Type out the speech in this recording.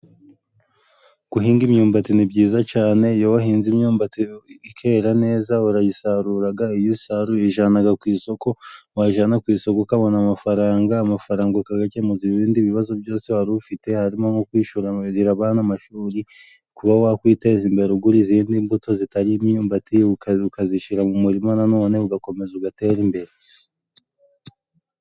Guhinga imyumbati ni byiza cyane, iyo wahinze imyumbati ikera neza urayisarura iyo usaruye uyijyana ku isoko ,wayijyana ku isoko ukabona amafaranga, amafaranga ukayakemuza ibindi bibazo byose wari ufite harimo nko kwishyurira abana amashuri, kuba wakwiteza imbere ugura izindi mbuto zitari imyumbati ukazishyira mu murima nanone ugakomeza ugaterare imbere.